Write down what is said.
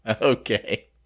Okay